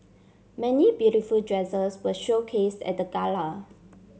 many beautiful dresses were showcase at the gala